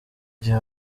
gihe